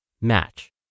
Match